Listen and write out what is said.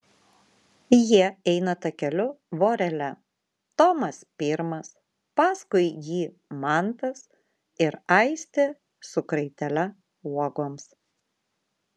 jie eina takeliu vorele tomas pirmas paskui jį mantas ir aistė su kraitele uogoms